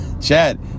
Chad